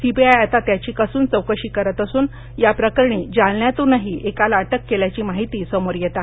CBI आता त्याची कसून चौकशी करत असून या प्रकरणी जालन्यातूनही एकाला अटक केल्याची माहिती समोर येत आहे